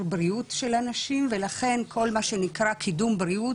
בריאות של הנשים ולכן כל מה שנקרא קידום בריאות,